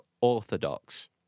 Orthodox